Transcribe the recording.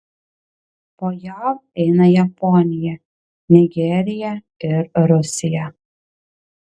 po jav eina japonija nigerija ir rusija